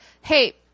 hey